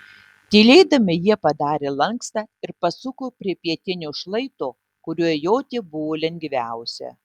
tylėdami jie padarė lankstą ir pasuko prie pietinio šlaito kuriuo joti buvo lengviausia